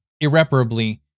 irreparably